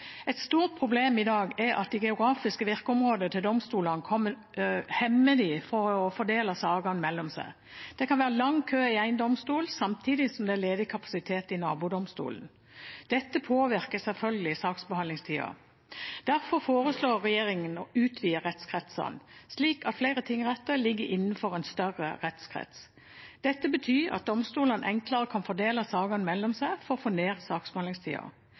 Et stort problem i dag er at det geografiske virkeområdet til domstolene hemmer dem fra å fordele sakene mellom seg. Det kan være lang kø i én domstol samtidig som det er ledig kapasitet i nabodomstolen. Dette påvirker selvfølgelig saksbehandlingstida. Derfor foreslår regjeringen å utvide rettskretsene, slik at flere tingretter ligger innenfor en større rettskrets. Dette betyr at domstolene enklere kan fordele sakene mellom seg for å få ned saksbehandlingstida.